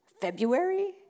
February